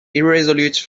irresolute